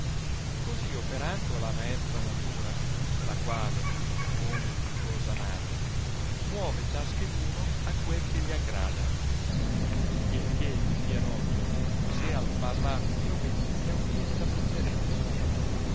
così operando la maestra natura la quale come pietosa madre muove ciascaduno a quel che gli aggrada il che vi fia noto se al parlar mio benigna audienza presterete